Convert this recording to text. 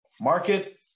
Market